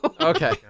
Okay